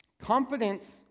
Confidence